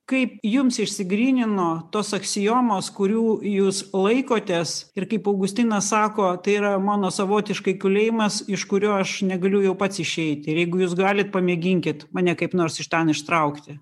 kaip jums išsigrynino tos aksiomos kurių jūs laikotės ir kaip augustinas sako tai yra mano savotiškai kalėjimas iš kurio aš negaliu jau pats išeiti ir jeigu jūs galit pamėginkit mane kaip nors iš ten ištraukti